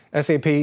SAP